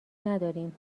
نداریم